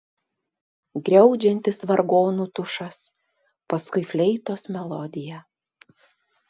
griaudžiantis vargonų tušas paskui fleitos melodija